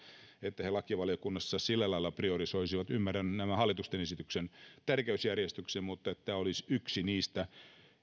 että he lakivaliokunnassa sillä lailla priorisoisivat ymmärrän hallituksen esitysten tärkeysjärjestyksen mutta toivon että tämä olisi yksi niistä